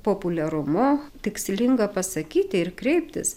populiarumu tikslinga pasakyti ir kreiptis